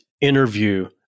interview